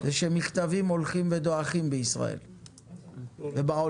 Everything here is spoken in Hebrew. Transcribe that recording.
זה שמכתבים הולכים ודועכים בישראל ובעולם.